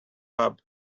pub